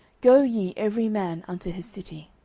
go ye every man unto his city.